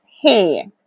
hey